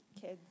kids